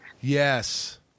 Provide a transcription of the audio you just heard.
Yes